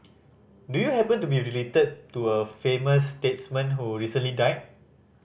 do you happen to be related to a famous statesman who recently died